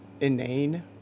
Inane